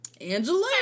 Angela